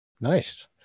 Nice